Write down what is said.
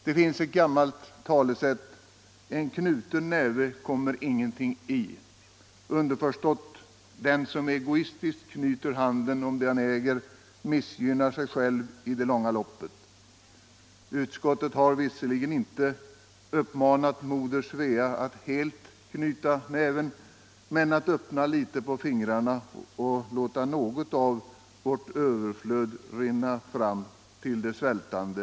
Det finns ett gammalt talesätt som lyder: ”En knuten näve kommer ingenting i.” Underförstått: den som egoistiskt knyter handen om det han äger missgynnar sig själv i det långa loppet. Utskottet har visserligen inte uppmanat Moder Svea att helt knyta näven utan i stället att öppna litet på fingrarna och låta något av vårt överflöd rinna ut till de svältande.